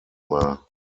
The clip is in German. war